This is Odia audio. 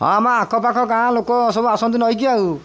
ହଁ ଆମ ଆଖପାଖ ଗାଁ ଲୋକ ସବୁ ଆସନ୍ତି ନଈକି ଆଉ